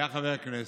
היה חבר הכנסת,